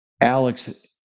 Alex